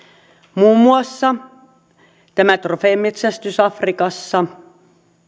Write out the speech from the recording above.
muun muassa tämä trofeemetsästys afrikassa